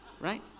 right